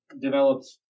developed